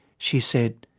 she said,